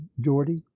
Geordie